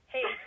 Hey